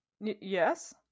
yes